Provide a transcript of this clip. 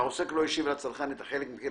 והעוסק לא השיב לצרכן את החלק ממחיר